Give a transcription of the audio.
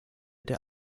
der